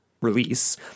release